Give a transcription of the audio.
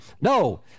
No